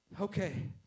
Okay